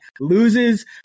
loses